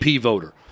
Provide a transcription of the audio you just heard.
voter